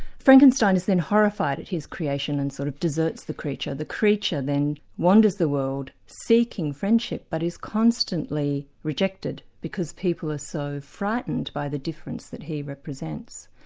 frankenstein is then horrified at his creation and sort of deserts the creature. the creature then wanders the world seeking friendship, but is constantly rejected because people are so frightened by the difference that he represents.